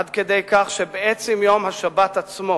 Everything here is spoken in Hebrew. עד כדי כך שבעצם יום השבת עצמו